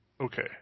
Okay